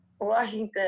Washington